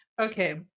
Okay